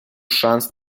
шанс